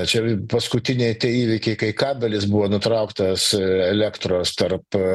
čia i paskutiniai tie įvykiai kai kabelis buvo nutrauktas elektros tarp